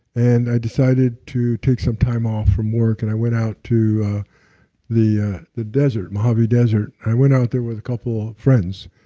and i decided to take some time off from work. and i went out to the ah the desert mohave yeah desert. i went out there with a couple of friends,